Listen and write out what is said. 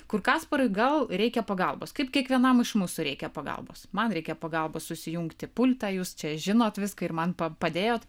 kur kasparui gal reikia pagalbos kaip kiekvienam iš mūsų reikia pagalbos man reikia pagalbos susijungti pultą jūs čia žinot viską ir man padėjot